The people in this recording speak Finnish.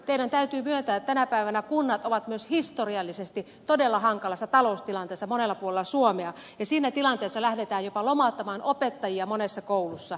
teidän täytyy myöntää että tänä päivänä kunnat ovat myös historiallisesti todella hankalassa taloustilanteessa monella puolella suomea ja siinä tilanteessa lähdetään jopa lomauttamaan opettajia monessa koulussa